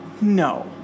No